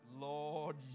Lord